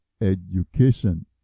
education